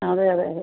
അതെ അതെ അതെ